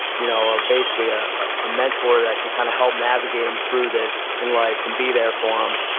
you know ah basically ah a mentor that could kind of help navigate them through this in life and be there for them.